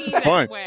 Fine